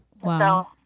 Wow